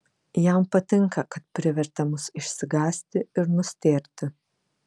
jam patinka kad privertė mus išsigąsti ir nustėrti